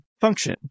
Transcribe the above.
function